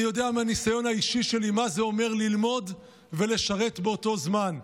אני יודע מהניסיון האישי שלי מה זה אומר ללמוד ולשרת באותו זמן,